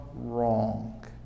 Wrong